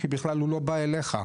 כי הוא בכלל לא בא אליך.